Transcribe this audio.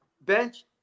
bench